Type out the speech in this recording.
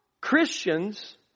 Christians